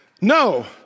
No